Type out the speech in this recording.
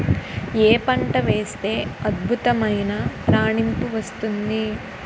ఏ పంట వేస్తే అద్భుతమైన రాణింపు వస్తుంది?